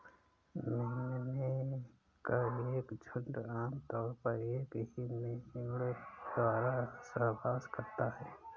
मेमने का एक झुंड आम तौर पर एक ही मेढ़े द्वारा सहवास करता है